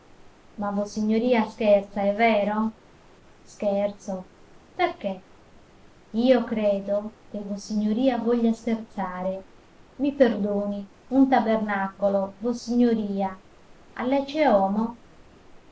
disse ma vossignoria scherza è vero scherzo perché io credo che vossignoria voglia scherzare i perdoni un tabernacolo vossignoria all'ecce homo